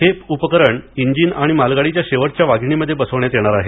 हे उपकरण इंजिन आणि मालगाडीच्या शेवटच्या वाघिणीमध्ये बसविण्यात येणार आहे